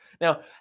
Now